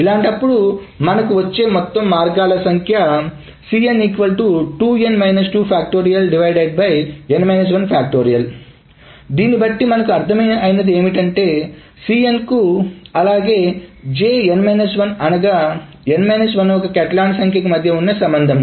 ఇలాంటప్పుడు మనకు వచ్చే మొత్తం మార్గాలు సంఖ్య దీన్నిబట్టి మనకు అర్థం అయినది ఏమిటి అంటే Cn కు అలాగే Jn 1 అనగా వ కాటలాన్ సంఖ్యకు మధ్య ఉన్న సంబంధం